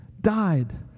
died